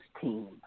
team